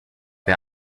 wer